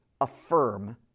affirm